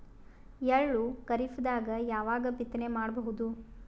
ಎಳ್ಳು ಖರೀಪದಾಗ ಯಾವಗ ಬಿತ್ತನೆ ಮಾಡಬಹುದು?